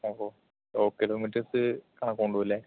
ആ ഓ ഓ കിലോമീറ്റേഴ്സ് കണക്കാക്കുമല്ലേ